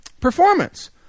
Performance